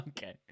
Okay